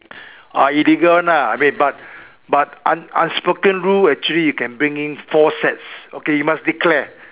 ah illegal [one] lah I mean but but un~ unspoken rule actually you can bring in four sets okay you must declare